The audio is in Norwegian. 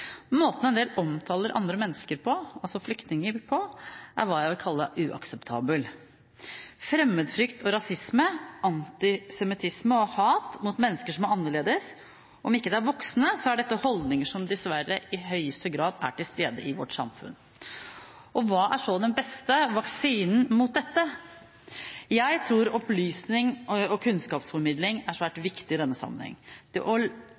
Måten en del omtaler andre mennesker – flyktninger – på, er hva jeg vil kalle uakseptabel. Fremmedfrykt og rasisme, antisemittisme og hat mot mennesker som er annerledes – om det ikke er voksende, så er det holdninger som dessverre i høyeste grad er til stede i vårt samfunn. Hva er så den beste vaksinen mot dette? Jeg tror opplysning og kunnskapsformidling er svært viktig i denne sammenheng, det å